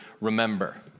remember